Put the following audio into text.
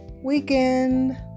weekend